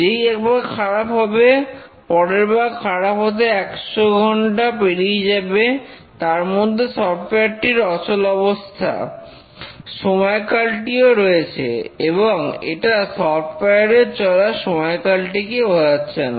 যেই একবার খারাপ হবে পরেরবার খারাপ হতে হতে 100 ঘণ্টা পেরিয়ে যাবে তারমধ্যে সফটওয়্যারটির অচলাবস্থার সময়কালটিও রয়েছে এবং এটা সফটওয়ার এর চলার সময়কালটিকে বোঝাচ্ছে না